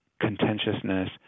contentiousness